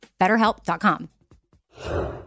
BetterHelp.com